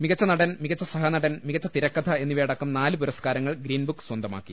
മികച്ച നടൻ മികച്ച സഹ നടൻ മികച്ച തിരക്കഥ എന്നിവയടക്കം നാല് പുരസ്കാരങ്ങൾ ഗ്രീൻ ബുക്ക് സ്വന്തമാക്കി